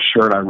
shirt